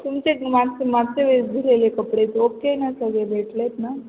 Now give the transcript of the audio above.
तुमचे मागचे मागचे मी धूतलेले कपडेआहेत ओके ना सगळे भेटलेत ना